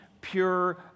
pure